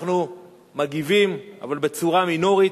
אנחנו מגיבים, אבל בצורה מינורית,